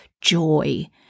joy